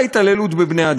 אדוני סגן השר,